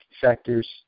factors